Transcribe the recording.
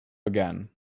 again